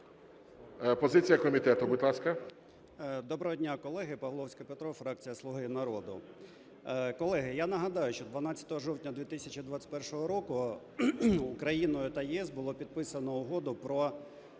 Позиція комітету, будь ласка. 14:06:14 ПАВЛОВСЬКИЙ П.І. Доброго дня, колеги! Павловський Петро, фракція "Слуга народу". Колеги, я нагадаю, що 12 жовтня 2021 року Україною та ЄС було підписано Угоду про